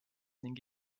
ning